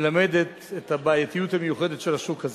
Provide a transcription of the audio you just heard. מלמדת את הבעייתיות המיוחדת של השוק הזה,